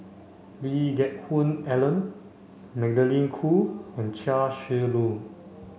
Lee Geck Hoon Ellen Magdalene Khoo and Chia Shi Lu